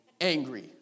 angry